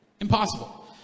Impossible